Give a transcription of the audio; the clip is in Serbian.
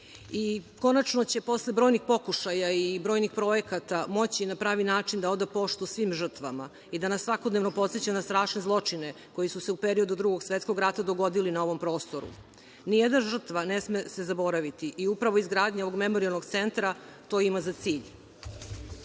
i konačno će, posle brojnih pokušaja i brojnih projekata, moći na pravi način da oda poštu svim žrtvama i da nas svakodnevno podseća na strašne zločine koji su se u periodu Drugog svetskog rata dogodili na ovom prostoru. Nijedna žrtva ne sme se zaboraviti i upravo izgradnja ovog Memorijalnog centra to ima za cilj.